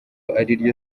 ariryo